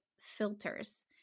filters